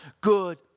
Good